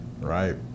right